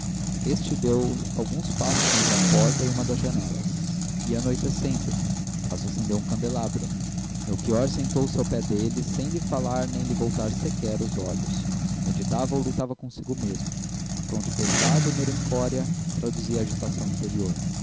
este deu alguns passos entre a porta e uma das janelas ia anoitecendo estácio acendeu um candelabro melchior sentou-se ao pé dele sem lhe falar nem lhe voltar sequer os olhos meditava ou lutava consigo mesmo a fronte pesada e merencória traduzia a agitação interior